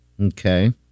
Okay